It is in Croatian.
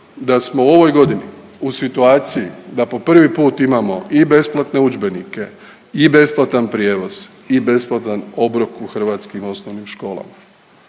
da smo u ovoj godini u situaciji da po prvi put imamo i besplatne udžbenike i besplatan prijevoz i besplatan obrok u hrvatskim osnovnim školama.